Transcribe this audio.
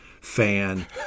fan